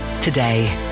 today